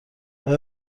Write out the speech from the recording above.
آیا